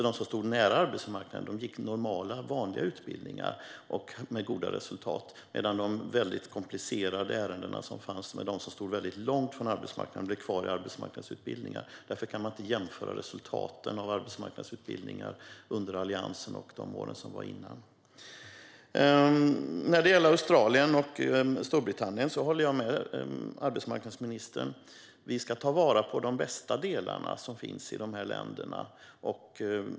De som stod nära arbetsmarknaden gick normala, vanliga utbildningar med goda resultat, medan de komplicerade ärendena med dem som stod väldigt långt från arbetsmarknaden blev kvar i arbetsmarknadsutbildningar. Därför kan man inte jämföra resultaten av arbetsmarknadsutbildningarna under Alliansen och de år som var dessförinnan. När det gäller Australien och Storbritannien håller jag med arbetsmarknadsministern. Vi ska ta vara på de bästa delarna av det som finns i de länderna.